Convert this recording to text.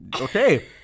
Okay